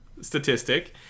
statistic